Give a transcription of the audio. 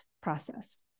process